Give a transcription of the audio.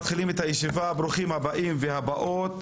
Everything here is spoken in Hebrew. אני מתכבד לפתוח את ישיבת ועדת המדע והטכנולוגיה